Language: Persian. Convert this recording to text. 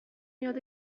یاد